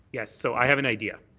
yeah so i have an idea.